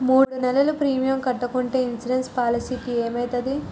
మూడు నెలలు ప్రీమియం కట్టకుంటే ఇన్సూరెన్స్ పాలసీకి ఏమైతది?